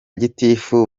gitifu